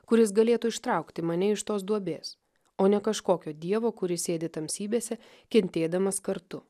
kuris galėtų ištraukti mane iš tos duobės o ne kažkokio dievo kuris sėdi tamsybėse kentėdamas kartu